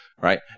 right